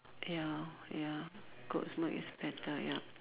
ya ya goat's milk is better yup